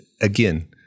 again